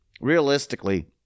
realistically